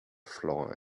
floor